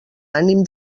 ànim